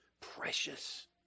precious